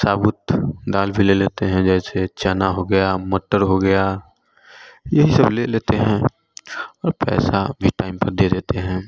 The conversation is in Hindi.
साबूत दाल भी ले लेते हैं जैसे चना हो गया मटर हो गया यही सब ले लेते हैं और पैसा भी टाइम पर दे देते हैं